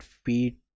feet